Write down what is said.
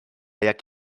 jak